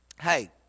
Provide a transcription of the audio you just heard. hey